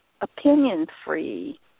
opinion-free